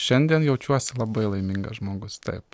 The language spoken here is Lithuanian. šiandien jaučiuosi labai laimingas žmogus taip